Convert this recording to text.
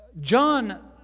John